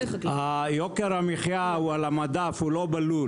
יוקר המחיה הוא על המדף, הוא לא בלול.